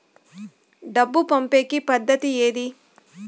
డబ్బు పంపేకి పద్దతి ఏది